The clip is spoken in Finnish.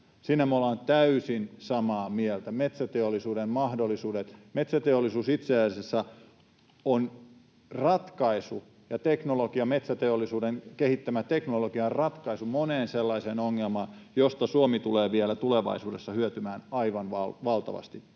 Siinä me ollaan täysin samaa mieltä. Metsäteollisuus itse asiassa on ratkaisu, ja metsäteollisuuden kehittämä teknologia on ratkaisu moneen ongelmaan. Siitä Suomi tulee vielä tulevaisuudessa hyötymään aivan valtavasti.